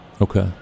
Okay